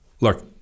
Look